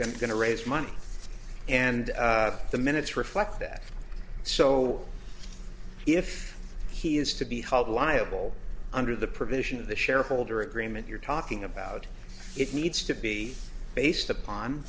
to going to raise money and the minutes reflect that so if he is to be held liable under the provision of the shareholder agreement you're talking about it needs to be based upon